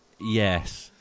Yes